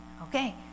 okay